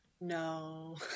No